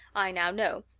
i now know,